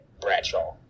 Bradshaw